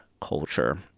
culture